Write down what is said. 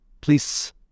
please